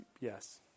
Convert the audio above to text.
yes